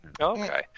Okay